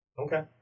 Okay